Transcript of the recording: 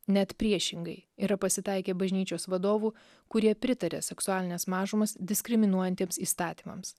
net priešingai yra pasitaikę bažnyčios vadovų kurie pritaria seksualines mažumas diskriminuojantiems įstatymams